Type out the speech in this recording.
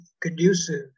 conducive